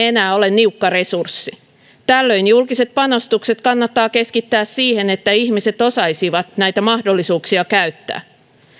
enää ole niukka resurssi tällöin julkiset panostukset kannattaa keskittää siihen että ihmiset osaisivat näitä mahdollisuuksia käyttää